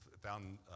found